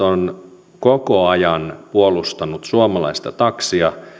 ovat koko ajan puolustaneet suomalaista taksia